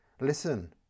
Listen